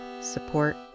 support